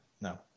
No